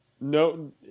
no